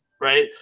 Right